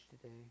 today